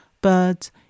birds